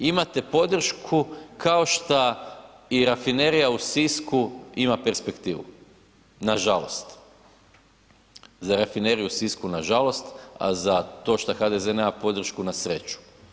Imate podršku kao što i rafinerija u Sisku ima perspektivu, nažalost, za rafineriju u Sisku nažalost, a za to što HDZ nema podršku na sreću.